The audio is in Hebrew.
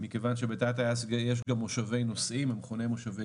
מכיוון שבתא הטייס יש גם מושבי נוסעים המכונים מושבי